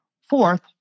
Fourth